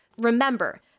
Remember